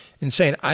insane